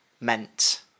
meant